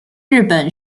日本